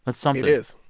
that's something it is.